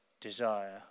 desire